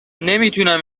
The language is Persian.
نمیتونم